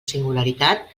singularitat